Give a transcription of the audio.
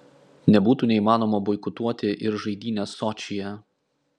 nebūtų neįmanoma boikotuoti ir žaidynes sočyje